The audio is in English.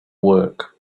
work